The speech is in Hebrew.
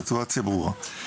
הסיטואציה ברורה.